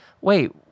wait